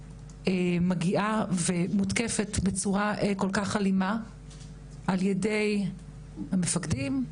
מגיעה ומותקפת בצורה כל כך אלימה על ידי המפקדים שלה,